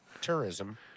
tourism